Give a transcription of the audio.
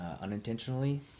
unintentionally